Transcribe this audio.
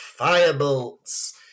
Firebolt's